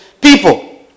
people